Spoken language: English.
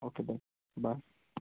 okay done bye